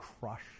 crush